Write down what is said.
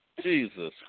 Jesus